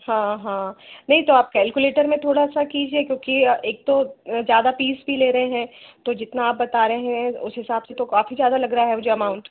हाँ हाँ नहीं तो आप कैलकुलेटर में थोड़ा सा कीजिए क्योंकि एक तो ज़्यादा पीस भी ले रहे हैं तो जितना आप बता रहें एँ उस हिसाब से तो काफी ज़्यादा लग रहा है मुझे अमाउन्ट